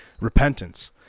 repentance